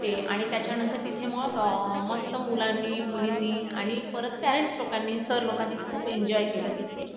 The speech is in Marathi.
ते आणि त्याच्यानंतर तिथे मग मस्त मुलांनी मुलींनी आणि परत पेरेंट्स लोकांनी सर लोकांनी खूप एन्जॉय केलं तिथे